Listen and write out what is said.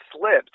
slipped